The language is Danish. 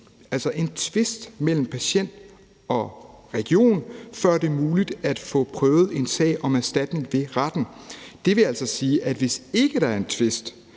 altså en tvist mellem patient og region, før det er muligt at få prøvet en sag om erstatning ved retten. Det vil altså sige, at hvis der ikke er en tvist,